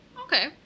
Okay